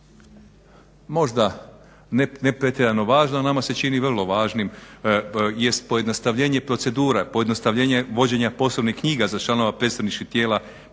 Možda ne pretjerano važno, a nama se čini vrlo važnim jest pojednostavljenje procedura, pojednostavljenje vođenja poslovnih knjiga za članove predstavničkih tijela